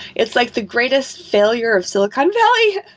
it's like the greatest failure of silicon valley